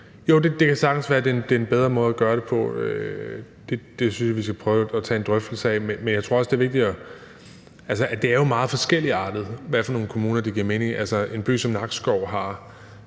Jo, det kan sagtens være, at det er en bedre måde at gøre det på. Det synes jeg vi skal prøve at tage en drøftelse af. Men det er jo meget forskelligartet, i hvilke kommuner det giver mening. En by som Nakskov har